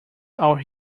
our